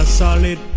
solid